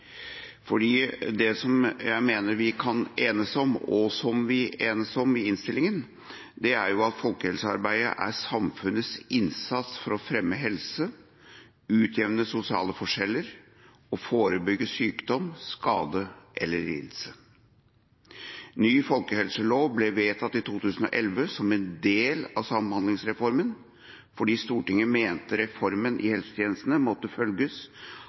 Det jeg mener vi kan enes om, og som vi enes om i innstillinga, er at folkehelsearbeidet er samfunnets innsats for å fremme helse, utjevne sosiale helseforskjeller og forebygge sykdom, skade eller lidelse. Ny folkehelselov ble vedtatt i 2011 som en del av samhandlingsreformen, fordi Stortinget mente reformen i helsetjenesten måtte følges